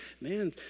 Man